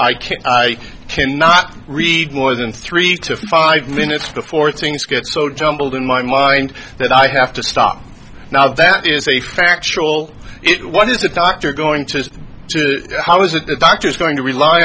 i can't cannot read more than three to five minutes before things get so jumbled in my mind that i have to stop now that is a factual it what is a doctor going to how is it the doctor's going to rely